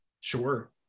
Sure